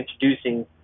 introducing